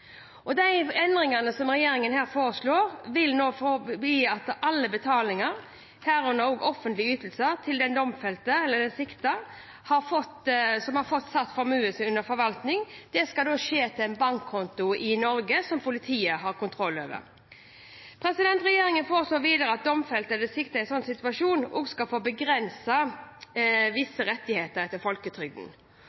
utlandet. De endringene som regjeringen her foreslår, vil innebære at alle utbetalinger, herunder offentlige ytelser, til domfelte eller siktede som har fått formuen sin satt under forvaltning, skal skje til en bankkonto i Norge som politiet har kontroll over. Regjeringen foreslår videre at domfelte eller siktede i en slik situasjon også skal få